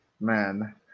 man